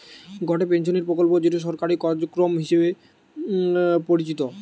গটে পেনশনের প্রকল্প যেটো সরকারি কার্যক্রম হিসবরে পরিচিত